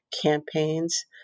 campaigns